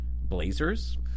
Blazers